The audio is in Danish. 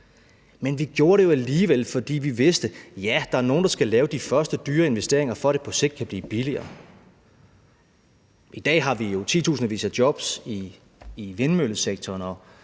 Men vi gjorde det jo alligevel, fordi vi vidste, at ja, der er nogle, der skal lave de første dyre investeringer, for at de på sigt kan blive billigere. I dag har vi jo titusindvis af job i vindmøllesektoren,